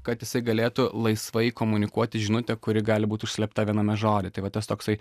kad jisai galėtų laisvai komunikuoti žinutę kuri gali būt užslėpta viename žodyje tai va tas toksai